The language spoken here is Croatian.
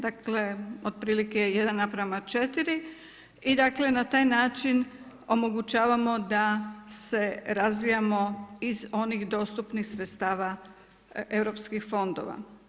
Dakle, otprilike 1:4 i dakle, na taj način omogućavamo da se razvijamo iz onih dostupnih sredstava europskih fondova.